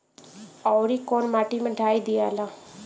औवरी कौन माटी मे डाई दियाला?